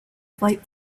flight